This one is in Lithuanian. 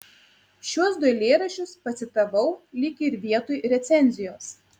šiuos du eilėraščius pacitavau lyg ir vietoj recenzijos